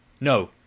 No